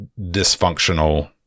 dysfunctional